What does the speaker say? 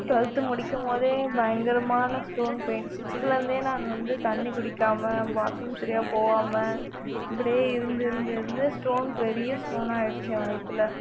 twelfth முடிக்கும்போது பயங்கரமான stone pain சிக்ஸ்த்துலேருந்தே நான் வந்து தண்ணிர் குடிக்காமல் பாத்ரூம் சரியா போகாம இப்படியே இருந்து இருந்து இருந்து ஸ்டோன் பெரிய ஸ்டோனாக இருந்துச்சு என் வயிற்றுல